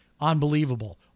unbelievable